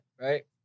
right